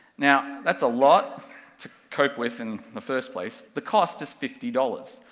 now, that's a lot to cope with in the first place, the cost is fifty dollars,